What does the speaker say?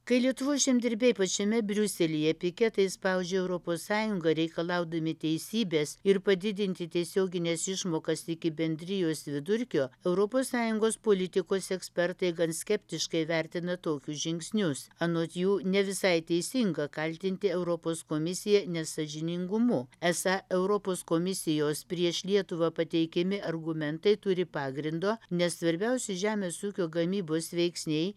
kai lietuvos žemdirbiai pačiame briuselyje piketais spaudžia europos sąjungą reikalaudami teisybės ir padidinti tiesiogines išmokas iki bendrijos vidurkio europos sąjungos politikos ekspertai gan skeptiškai vertina tokius žingsnius anot jų ne visai teisinga kaltinti europos komisiją nesąžiningumu esą europos komisijos prieš lietuvą pateikiami argumentai turi pagrindo nes svarbiausi žemės ūkio gamybos veiksniai